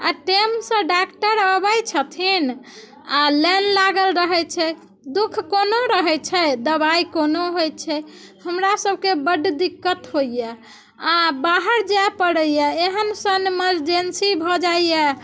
आ टाइमसँ डॉक्टर अबैत छथिन आ लाइन लागल रहैत छै दुःख कोनो रहैत छै दवाइ कोनो होइत छै हमरा सबके बड दिक्कत होइया आ बाहर जाय पड़ैया एहन सन एमेरजेंसी भऽ जाइए